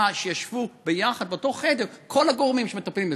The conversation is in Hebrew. שישבו ביחד באותו חדר כל הגורמים שמטפלים בזה,